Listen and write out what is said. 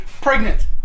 pregnant